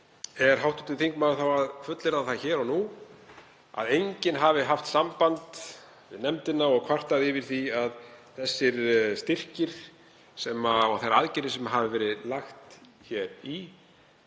Er hv. þingmaður þá að fullyrða það hér og nú að enginn hafi haft samband við nefndina og kvartað yfir því að þessir styrkir og þær aðgerðir sem lagt hefur